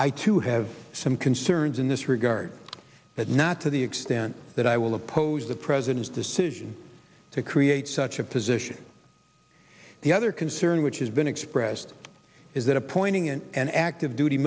i too have some concerns in this regard but not to the extent that i will oppose the president's decision to create such a position the other concern which has been expressed is that appointing an an active duty